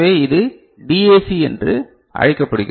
இது டிஏசி என்று அழைக்கப்படுகிறது